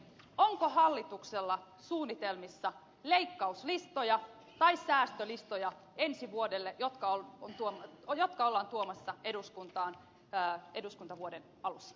onko hallituksella suunnitelmissa ensi vuodelle leikkauslistoja tai säästölistoja jotka ollaan tuomassa eduskuntaan eduskuntavuoden alussa